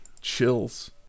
chills